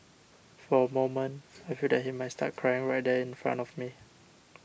for a moment I feel that he might start crying right there in front of me